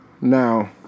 Now